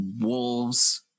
wolves